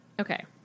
Okay